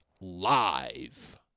live